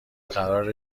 قراره